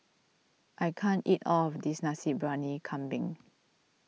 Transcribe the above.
I can't eat all of this Nasi Briyani Kambing